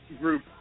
group